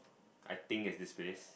I think is this place